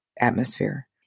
atmosphere